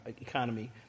economy